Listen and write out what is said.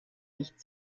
nicht